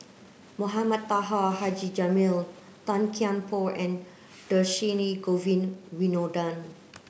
Mohamed Taha Haji Jamil Tan Kian Por and Dhershini Govin Winodan